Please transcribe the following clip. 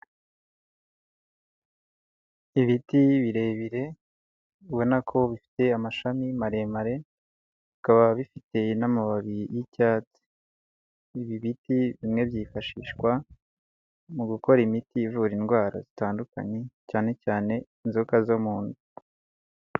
Ibiti birebire ubona ko bifite amashami maremare, bikaba bifite n'amababi y'icyatsi ibi biti bimwe byifashishwa mu gukora imiti ivura indwara zitandukanye cyane cyane inzoka zo mu nda.